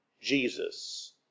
Jesus